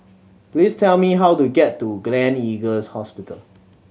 please tell me how to get to Gleneagles Hospital